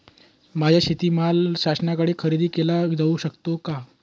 माझा शेतीमाल शासनाकडे खरेदी केला जाऊ शकतो का?